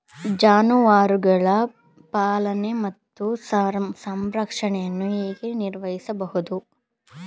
ಜಾನುವಾರುಗಳ ಪಾಲನೆ ಮತ್ತು ಸಂರಕ್ಷಣೆಯನ್ನು ಹೇಗೆ ನಿರ್ವಹಿಸಬಹುದು?